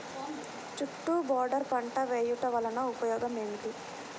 చుట్టూ బోర్డర్ పంట వేయుట వలన ఉపయోగం ఏమిటి?